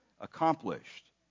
accomplished